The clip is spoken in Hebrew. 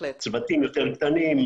צוותים יותר קטנים,